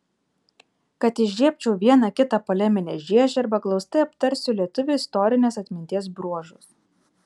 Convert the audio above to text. kad įžiebčiau vieną kitą poleminę žiežirbą glaustai aptarsiu lietuvių istorinės atminties bruožus